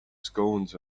scones